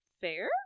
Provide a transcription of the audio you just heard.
Fair